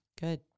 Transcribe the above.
Good